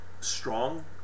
strong